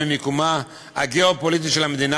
ממיקומה הגיאו-פוליטי של המדינה,